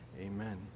Amen